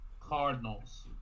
Cardinals